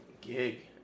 gig